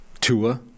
Tua